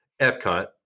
Epcot